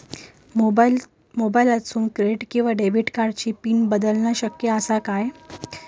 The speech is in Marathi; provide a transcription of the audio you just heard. मोबाईलातसून क्रेडिट किवा डेबिट कार्डची पिन बदलना शक्य आसा काय?